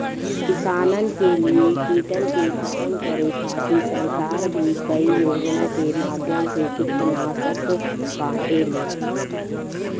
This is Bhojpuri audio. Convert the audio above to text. किसानन के लिए कीटन के खतम करे खातिर सरकार भी कई योजना के माध्यम से कीटनाशक बांटेले